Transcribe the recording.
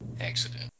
accident